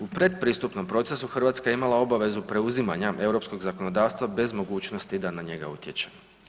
U pretpristupnom procesu Hrvatska je imala obavezu preuzimanja europskog zakonodavstva bez mogućnosti da na njega utječe.